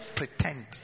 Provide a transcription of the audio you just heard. pretend